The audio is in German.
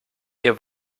ihr